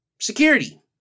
security